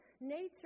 nature